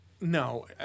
no